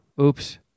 oops